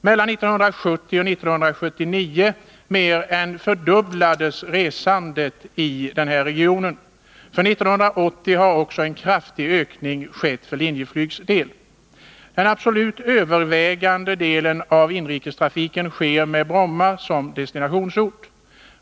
Mellan 1970 och 1979 mer än fördubblades resandet i regionen. För 1980 har också en kraftig ökning skett för Linjeflygs del. Den absolut övervägande delen av inrikestrafiken sker med Bromma som destinationsort.